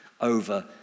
over